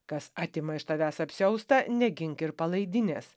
kas atima iš tavęs apsiaustą negink ir palaidinės